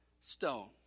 stone